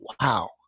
wow